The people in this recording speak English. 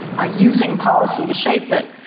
ah using policy to shape it.